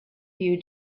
few